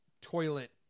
toilet